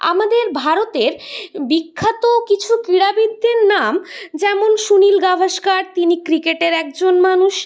আমাদের ভারতের বিখ্যাত কিছু ক্রীড়াবিদদের নাম যেমন সুনীল গাভাস্কার তিনি ক্রিকেটের একজন মানুষ